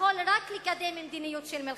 יכול רק לקדם מדיניות של מלחמה,